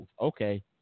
Okay